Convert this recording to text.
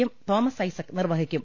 M Thomas Isaac നിർവ്വഹിക്കും